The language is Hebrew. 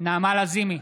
נעמה לזימי,